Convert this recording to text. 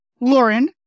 Lauren